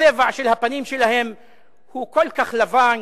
הצבע של הפנים שלהם הוא כל כך לבן,